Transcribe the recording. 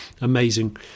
amazing